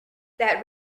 that